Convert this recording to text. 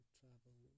travel